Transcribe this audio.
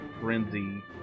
Frenzy